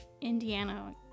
Indiana